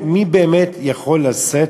מי באמת יכול לשאת?